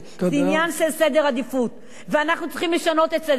זה עניין של סדר עדיפויות ואנחנו צריכים לשנות את סדר העדיפויות.